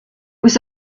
was